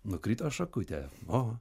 nukrito šakutė o